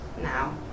now